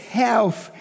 health